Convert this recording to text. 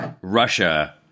Russia